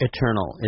Eternal